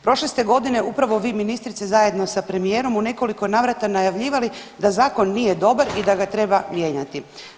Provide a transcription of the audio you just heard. Prošle ste godine upravo vi ministrice zajedno sa premijerom u nekoliko navrata najavljivali da zakon nije dobar i da ga treba mijenjati.